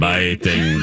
Biting